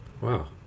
Wow